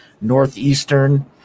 Northeastern